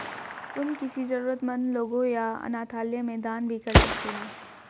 तुम किसी जरूरतमन्द लोगों या अनाथालय में दान भी कर सकते हो